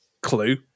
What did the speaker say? clue